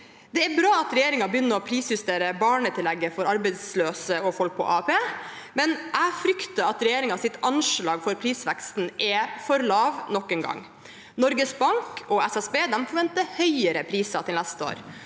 Det er bra at regjeringen begynner å prisjustere barnetillegget for arbeidsløse og folk på AAP, men jeg frykter at regjeringens anslag for prisveksten er for lavt nok en gang. Norges Bank og SSB forventer høyere priser til neste år.